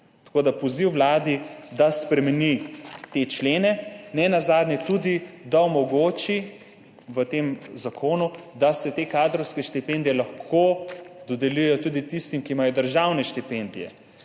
Tako da poziv vladi, da spremeni te člene, da nenazadnje tudi v tem zakonu omogoči, da se te kadrovske štipendije lahko dodeljujejo tudi tistim, ki imajo državne štipendije.